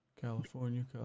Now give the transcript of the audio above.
California